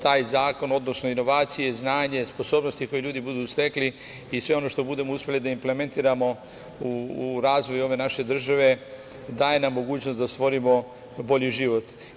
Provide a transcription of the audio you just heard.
Taj zakon, odnosno inovacije, znanje, sposobnosti koje ljudi budu stekli i sve ono što budemo uspeli da implementiramo u razvoj ove naše države daje nam mogućnost da stvorimo bolji život.